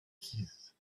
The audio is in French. guise